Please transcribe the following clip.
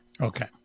Okay